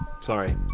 sorry